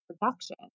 production